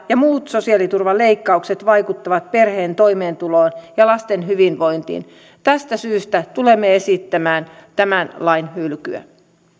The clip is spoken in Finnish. ja muut sosiaaliturvan leikkaukset vaikuttavat perheen toimeentuloon ja lasten hyvinvointiin tästä syystä tulemme esittämään tämän lain hylkyä